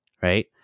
right